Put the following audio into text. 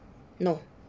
no